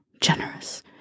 generous